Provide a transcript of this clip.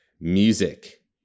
music